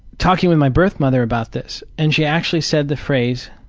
talking with my birth mother about this. and she actually said the phrase,